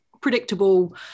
predictable